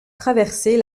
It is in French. traverser